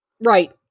Right